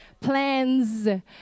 Plans